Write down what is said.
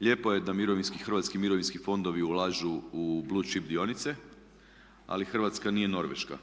Lijepo je da hrvatski mirovinski fondovi ulažu u blue chip dionice ali Hrvatska nije Norveška.